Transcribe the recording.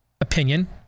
opinion